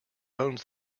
owns